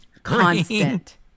Constant